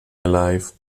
alive